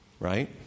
Right